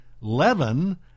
leaven